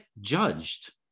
judged